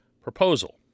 proposal